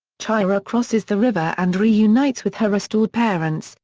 chihiro crosses the river and reunites with her restored parents,